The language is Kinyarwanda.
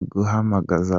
guhamagaza